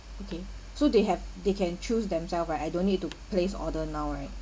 okay so they have they can choose themselves right I don't need to place order now right